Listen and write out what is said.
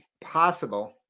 possible